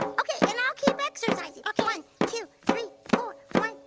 okay and i'll keep exercising. and one, two, three, four. one,